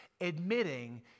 admitting